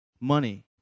Money